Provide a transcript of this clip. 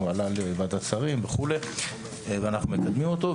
הוא עלה לוועדת שרים ואנחנו מקדמים אותו,